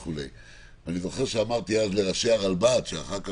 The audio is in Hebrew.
אני זוכר שאמרתי אז לראשי הרלב"ד אחר כך,